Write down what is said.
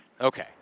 Okay